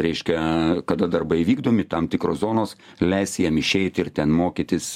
reiškia kad darbai vykdomi tam tikros zonos leis jam išeiti ir ten mokytis